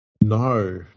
No